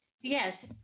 Yes